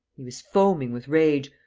he was foaming with rage,